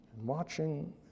Watching